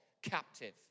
captive